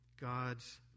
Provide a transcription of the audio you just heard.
God's